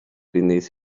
beneath